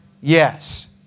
yes